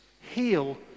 heal